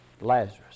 Lazarus